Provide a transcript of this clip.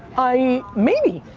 i, maybe,